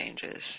changes